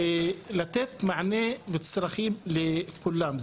ולתת מענה לצרכים של כולם.